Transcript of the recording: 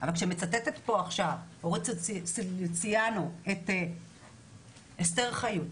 אבל כשמצטטת פה עכשיו עו"ד סוליציאנו את אסתר חיות,